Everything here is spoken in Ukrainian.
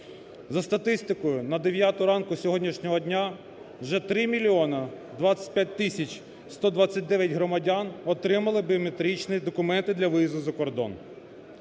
За статистикою на дев'яту ранку сьогоднішнього дня вже 3 мільйона 25 тисяч 129 громадян отримали біометричні документи для виїзду за кордон.